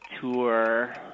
tour